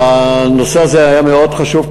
הנושא הזה היה מאוד חשוב,